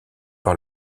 par